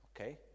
okay